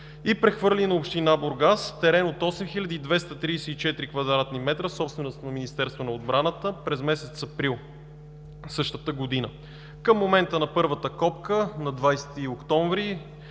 и прехвърли на община Бургас терен от 8234 кв. м. собственост на Министерството на отбраната през месец април същата година. Към момента на първата копка – на 20 октомври